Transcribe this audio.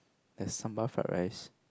there's sambal fried rice